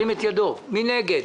מי נגד?